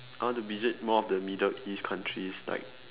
I want to visit more of the middle east countries like